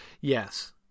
yes